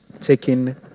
taking